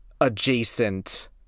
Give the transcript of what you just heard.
adjacent